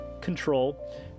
control